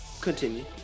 Continue